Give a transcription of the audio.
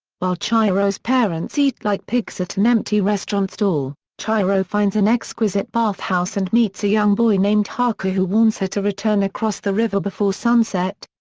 while chihiro's parents eat like pigs at an empty restaurant stall, chihiro finds an exquisite bathhouse and meets a young boy named haku who warns her to return across the river before sunset.